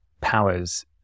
powers